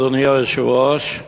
אדוני היושב-ראש,